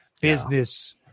business